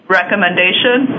recommendation